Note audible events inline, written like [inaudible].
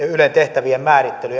[unintelligible] ylen tehtävien määrittely [unintelligible]